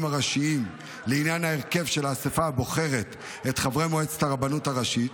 הראשיים לעניין ההרכב של האספה הבוחרת את חברי מועצת הרבנות הראשית